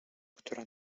która